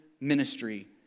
ministry